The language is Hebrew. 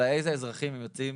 אלא איזה אזרחים הם יוצאים